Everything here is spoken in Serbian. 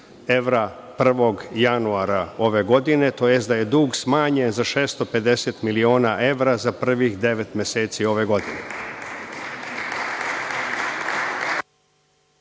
evra 1. janura ove godine tj. da je dug smanjen za 650 miliona evra za prvih devet meseci ove godine.